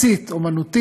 בו, באיזה תמצית אמנותית,